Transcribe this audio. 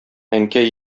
әнкәй